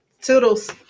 Toodles